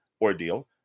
ordeal